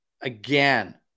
again